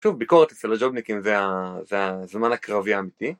שוב, ביקורת אצל הג'ובניקים זה הזמן הקרבי האמיתי